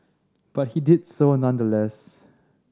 but he did so nonetheless